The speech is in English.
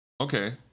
Okay